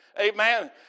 Amen